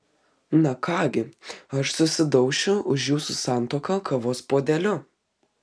na ką gi aš susidaušiu už jūsų santuoką kavos puodeliu